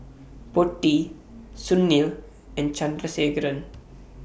Potti Sunil and Chandrasekaran